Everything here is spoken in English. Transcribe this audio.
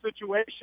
situation